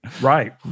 Right